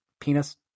penis